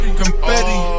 confetti